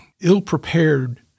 ill-prepared